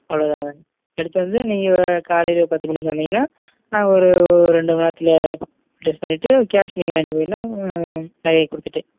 அவ்வளோ தாங்க எடுத்துகிட்டு வந்து நீங்கள் காலையில் பத்து மணிக்கு வந்தீங்கன்னால் நாங்கள் ஒரு ரெண்டு மணிநேரத்துல லெஸ் பண்ணிட்டு கேஷ் நீங்கள் வாங்கிட்டு போயிடலாம் நகையை கொடுத்துட்டு